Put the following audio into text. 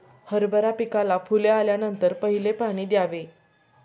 हरभरा पिकाला फुले आल्यानंतर पहिले पाणी द्यावे